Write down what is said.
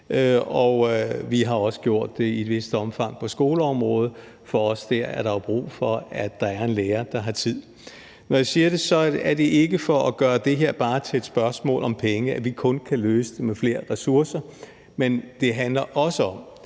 vi har også gjort det i et vist omfang på skoleområdet, for også der er der jo brug for, at der er en lærer, der har tid. Når jeg siger det, er det ikke for at gøre det her bare til et spørgsmål om penge – altså at vi kun kan løse det med flere ressourcer. Men det handler også om